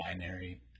Binary